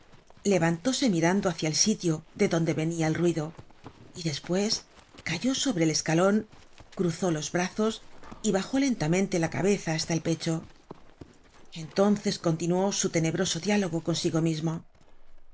tembló levantóse mirando hácia el sitio de donde venia el ruido y despues cayó sobre el escalon cruzó los brazos y bajó lentamente la cabeza hasta el pecho content from google book search generated at entonces continuó su tenebroso diálogo consigo mismo